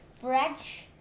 French